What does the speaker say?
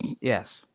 yes